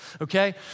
okay